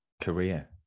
Career